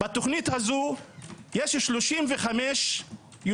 בתוכנית הזו יש 35 ישובים.